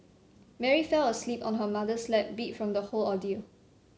Mary fell asleep on her mother's lap beat from the whole ordeal